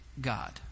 God